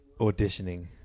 auditioning